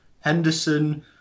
Henderson